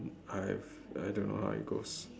I've I don't know I go see